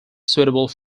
suitable